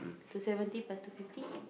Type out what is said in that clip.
two seventy plus two fifty